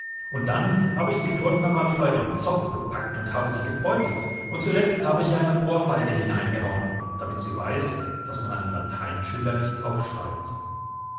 und dann habe ich die furtner marie bei ihrem zopf gepackt und habe sie gebeutelt und zuletzt habe ich ihr eine ohrfeige hineingehauen damit sie weiß daß man einen lateinschüler nicht aufschreibt